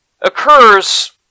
occurs